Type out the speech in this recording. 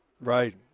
Right